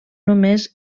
només